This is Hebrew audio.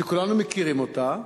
שכולנו מכירים אותה,